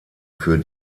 für